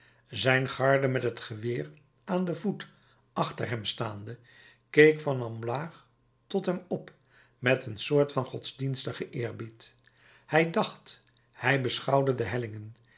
zijn garde met het geweer aan den voet achter hem staande keek van omlaag tot hem op met een soort van godsdienstigen eerbied hij dacht hij beschouwde de hellingen